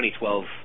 2012